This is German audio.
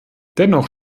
dennoch